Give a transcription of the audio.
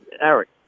Eric